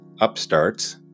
upstarts